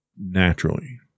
naturally